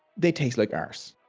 they taste like arse.